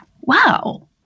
wow